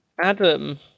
Adam